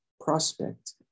prospect